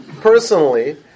personally